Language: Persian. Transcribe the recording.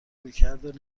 رویکرد